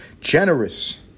Generous